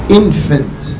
infant